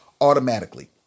automatically